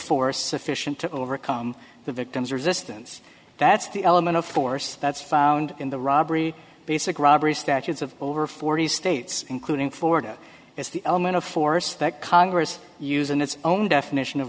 force sufficient to overcome the victim's resistance that's the element of force that's found in the robbery basic robbery statutes of over forty states including florida is the element of force that congress used in its own definition of